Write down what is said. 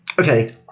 Okay